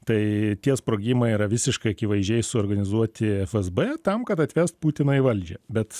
tai tie sprogimai yra visiškai akivaizdžiai suorganizuoti fsb tam kad atvest putiną į valdžią bet